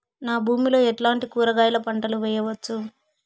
నా భూమి లో ఎట్లాంటి కూరగాయల పంటలు వేయవచ్చు?